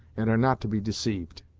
and are not to be deceived.